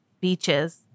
beaches